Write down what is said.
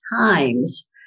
times